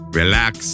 relax